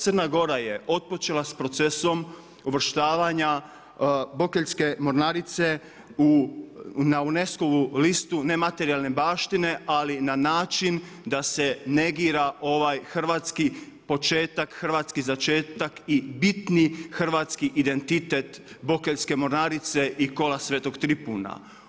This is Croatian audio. Crna Gora je otpočela sa procesom uvrštavanja Bokeljske mornarice na UNESCO-vu listu nematerijalne baštine, ali na način da se negira ovaj hrvatski početak, hrvatski začetak i bitni hrvatski identitet Bokeljske mornarice i kola svetog Tripuna.